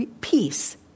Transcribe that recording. peace